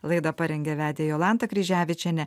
laidą parengė vedė jolanta kryževičienė